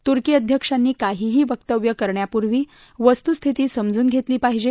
तुर्की अध्यक्षांनी काहीही वक्तव्य करण्यापूर्वी वस्तुस्थिती समजून धेतली पाहिजे